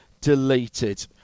deleted